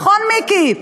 נכון, מיקי?